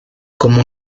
como